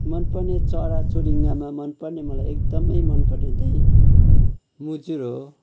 मनपर्ने चरा चुरुङ्गीमा मनपर्ने मलाई एकदमै मन पर्ने चाहिँ मजुर हो